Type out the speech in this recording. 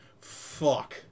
Fuck